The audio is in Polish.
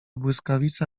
błyskawica